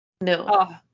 No